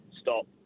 stop